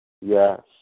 Yes